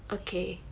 okay